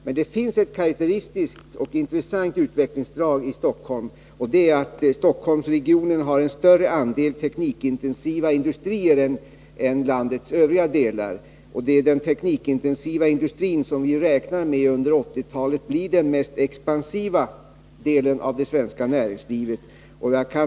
Det finns emellertid ett karakteristiskt och intressant utvecklingsdrag i Stockholm, nämligen att Stockholmsregionen har en större andel teknikintensiva industrier än landets övriga delar. Det är den teknikintensiva industrin som vi räknar med skall bli den mest expansiva delen av det svenska näringslivet under 1980-talet.